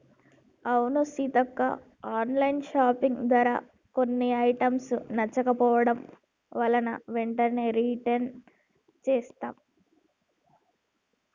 అవును Seethakka online shopping ధర కొన్ని ఐటమ్స్ నచ్చకపోవడం వలన వెంటనే రిటన్ చేసాం